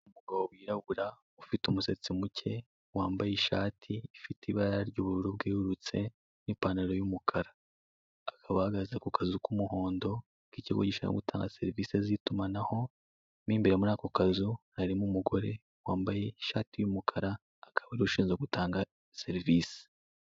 Umugabo wirabura ufite umusatsi wambaye ishati ifite y'ubururu bwerurutse n'ipantaro y'umukara, akaba ahagaze imbere y'akazu k'umuhondo k'ikigo gishinzwe gutanga itumanaho, mo imbere muri ako kazu harimo umugore wambaye ishati y'umukara akaba ari ushinzwe gutanga serivisi.